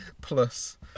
plus